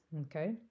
Okay